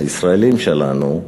הישראלים שלנו,